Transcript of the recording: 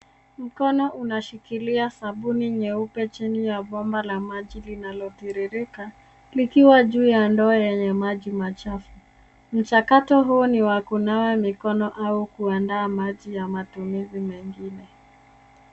Mkono unashikilia sabuni nyeupe chini ya bomba la maji linalotiririka likiwa juu ya ndoo yenye maji machafu. Mchakato huu ni wa kunawa mikono au kuandaa maji ya matumizi mengine.